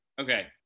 Okay